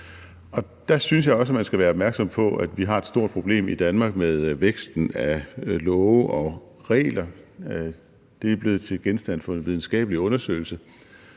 Der synes jeg også, man skal være opmærksom på, at vi har et stort problem i Danmark med væksten af love og regler. Det er blevet til genstand for en videnskabelig undersøgelse.